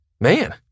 man